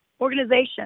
organization